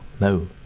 no